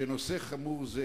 שנושא חמור זה